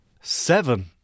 Seven